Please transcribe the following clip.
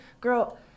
girl